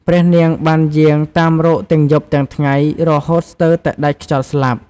ព្រះនាងបានយាងតាមរកទាំងយប់ទាំងថ្ងៃ រហូតស្ទើរតែដាច់ខ្យល់ស្លាប់។